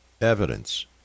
Evidence